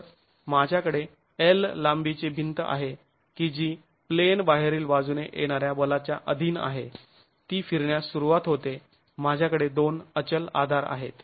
तर माझ्याकडे L लांबीची भिंत आहे की जी प्लेन बाहेरील बाजूने येणाऱ्या बलाच्या अधीन आहे ती फिरण्यास सुरुवात होते माझ्याकडे दोन अचल आधार आहेत